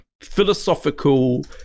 philosophical